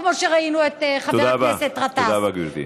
כמו שראינו את חבר הכנסת גטאס.